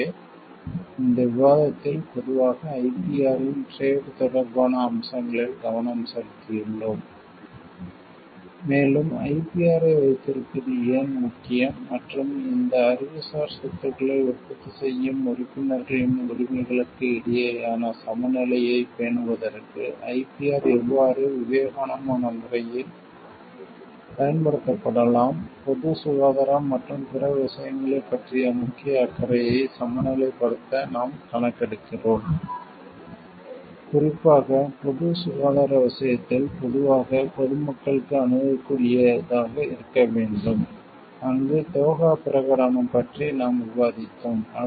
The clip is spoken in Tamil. எனவே இந்த விவாதத்தில் பொதுவாக IPR இன் டிரேட் வர்த்தகம் தொடர்பான அம்சங்களில் கவனம் செலுத்தியுள்ளோம் மேலும் IPR ஐ வைத்திருப்பது ஏன் முக்கியம் மற்றும் இந்த அறிவுசார் சொத்துக்களை உற்பத்தி செய்யும் உறுப்பினர்களின் உரிமைகளுக்கு இடையே சமநிலையை பேணுவதற்கு ஐபிஆர் எவ்வாறு விவேகமான முறையில் பயன்படுத்தப்படலாம் பொது சுகாதாரம் மற்றும் பிற விஷயங்களைப் பற்றிய முக்கிய அக்கறையை சமநிலைப்படுத்த நாம் கணக்கெடுக்கிறோம் குறிப்பாக பொது சுகாதார விஷயத்தில் பொதுவாக பொது மக்களுக்கு அணுகக்கூடியதாக இருக்க வேண்டும் அங்கு தோஹா பிரகடனம் பற்றி நாம் விவாதித்தோம்